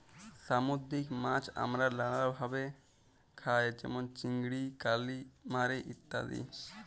সামুদ্দিরিক মাছ আমরা লালাভাবে খাই যেমল চিংড়ি, কালিমারি ইত্যাদি